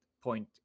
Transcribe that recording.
point